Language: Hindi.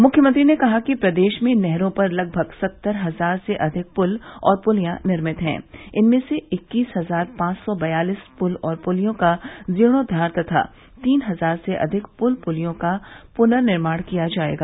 मुख्यमंत्री ने कहा कि प्रदेश में नहरों पर लगभग सत्तर हजार से अधिक पुल और पुलिया निर्मित हैं इनमें से इक्कीस हजार पांच सो बयालीस पुल पुलियों का जीर्णोद्वार तथा तीन हजार से अधिक पुल पुलियों का पुनर्निमाण किया जायेगा